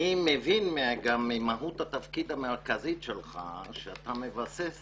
אני מבין ממהות התפקיד המרכזית שלך שאתה מבסס